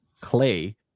Clay